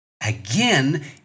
again